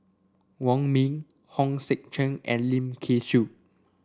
Wong Ming Hong Sek Chern and Lim Kay Siu